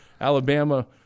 Alabama